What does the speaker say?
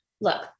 look